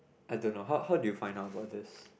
I don't know how how do you find about this